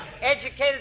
Educated